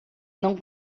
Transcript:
não